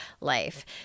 life